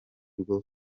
bwo